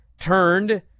turned